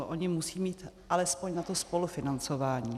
Ony musí mít alespoň na to spolufinancování.